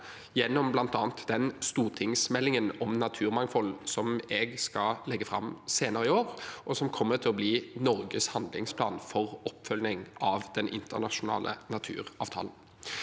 gjennom bl.a. den stortingsmeldingen om naturmangfold jeg skal legge fram senere i år, som kommer til å bli Norges handlingsplan for oppfølging av den internasjonale naturavtalen.